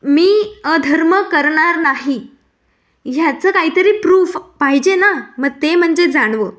मी अधर्म करणार नाही ह्याचं काहीतरी प्रूफ पाहिजे ना म ते म्हणजे जानवं